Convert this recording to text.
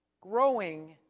growing